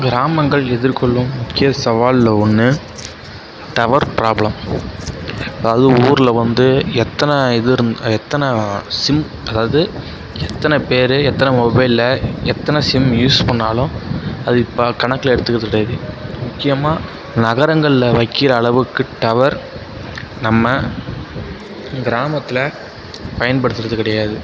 கிராமங்கள் எதிர்கொள்ளும் முக்கிய சவாலில் ஒன்று டவர் ப்ராப்ளம் அதாவது ஊரில் வந்து எத்தனை இது எத்தனை சிம் அதாவது எத்தனை பேர் எத்தனை மொபைலில் எத்தனை சிம் யூஸ் பண்ணாலும் அது இப்போ கணக்கில எடுத்துக்கிறது கிடையாது முக்கியமாக நகரங்களில் வைக்கிற அளவுக்கு டவர் நம்ம கிராமத்தில் பயன்படுத்துவது கிடையாது